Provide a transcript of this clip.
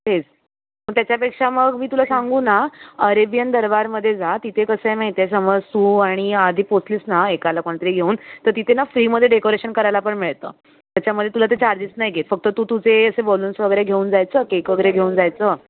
तेच पण त्याच्यापेक्षा मग मी तुला सांगू ना अरेबियन दरबारमध्ये जा तिथे कसं आहे माहिती आहे समज तू आणि आधी पोचलीस ना एकाला कुणीतरी घेऊन तिथे ना फ्रीमध्ये डेकोरेशन करायला पण मिळतं त्याच्यामध्ये तुला ते चार्जेस नाही घेत फक्त तू तुझे असे बलून्स वगैरे घेऊन जायचं केक वगैरे घेऊन जायचं